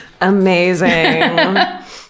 Amazing